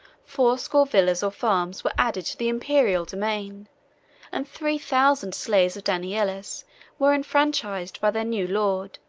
fourscore villas or farms were added to the imperial domain and three thousand slaves of danielis were enfranchised by their new lord,